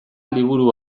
liburu